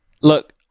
Look